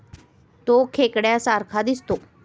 तो खेकड्या सारखा दिसतो